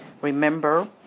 Remember